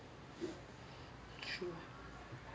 true